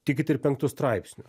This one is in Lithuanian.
tikit ir penktu straipsniu